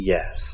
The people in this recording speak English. Yes